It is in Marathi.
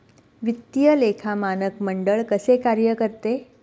वित्तीय लेखा मानक मंडळ कसे कार्य करते?